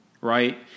Right